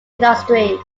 industry